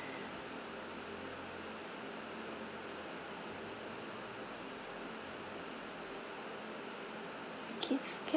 okay can